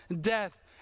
death